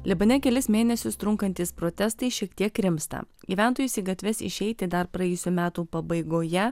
libane kelis mėnesius trunkantys protestai šiek tiek rimsta gyventojus į gatves išeiti dar praėjusių metų pabaigoje